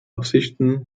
absichten